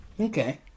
Okay